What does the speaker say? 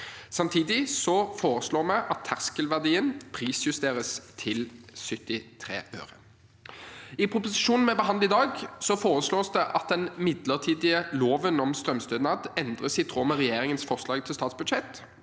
Samtidig foreslår vi at terskelverdien prisjusteres til 73 øre. I proposisjonen vi behandler i dag, foreslås det at den midlertidige loven om strømstønad endres i tråd med regjeringens forslag til statsbudsjett,